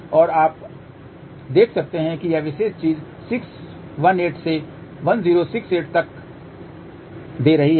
और अब आप देख सकते हैं कि यह विशेष चीज 618 से 1068 तक दे रही है